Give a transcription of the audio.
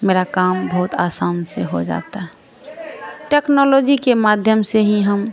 मेरा काम बहुत आसानी से हो जाता है टेक्नोलॉजी के माध्यम से ही हम